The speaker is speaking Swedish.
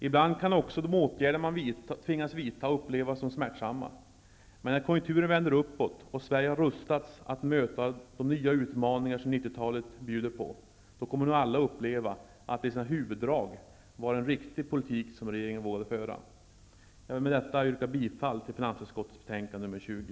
Ibland kan också de åtgärder man tvingas vidta upplevas som smärtsamma. Men när konjunkturen vänder uppåt och Sverige har rustats att möta de nya utmaningar som 90-talet bjuder på kommer nog alla att uppleva att det i sina huvuddrag var en riktig politik som regeringen vågade föra. Jag vill med detta yrka bifall till hemställan i finansutskottets betänkande nr 20.